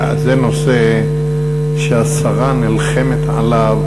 זה נושא שהשרה נלחמת עליו